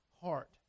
heart